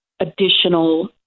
additional